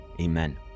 amen